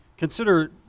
Consider